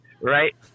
right